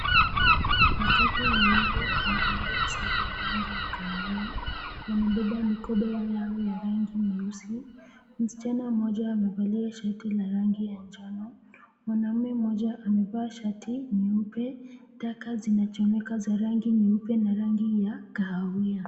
Watoto wawili wamevalia sare ya rangi ya kahawia, wamebeba mikoba yao ya rangi nyeusi. Msichana mmoja amevalia shati la rangi ya njano. Mwanaume mmoja amevaa shati nyeupe. Taka zinachomeka za rangi nyeupe na rangi ya kahawia.